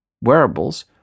Wearables